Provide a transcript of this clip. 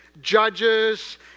judges